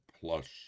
plus